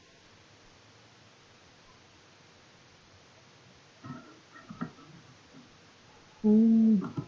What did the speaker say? hmm